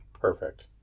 perfect